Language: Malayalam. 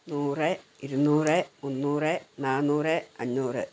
നൂറ് ഇരുനൂറ് മുന്നൂറ് നാനൂറ് അഞ്ഞൂറ്